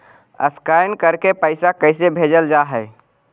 Scan करके पैसा कैसे भेजल जा हइ?